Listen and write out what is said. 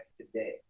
today